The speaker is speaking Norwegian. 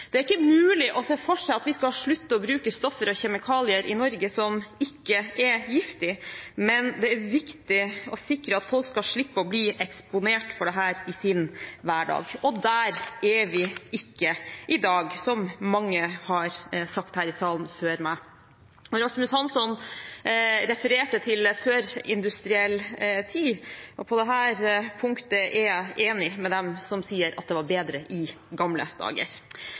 Det er ikke mulig å se for seg at vi i Norge skal slutte å bruke stoffer og kjemikalier som ikke er giftige, men det er viktig å sikre at folk skal slippe å bli eksponert for dem i sin hverdag. Og der er vi ikke i dag, som mange har sagt her i salen før meg. Representanten Rasmus Hansson refererte til førindustriell tid, og på dette punktet er jeg enig med dem som sier at det var bedre i gamle dager.